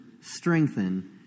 strengthen